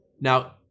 Now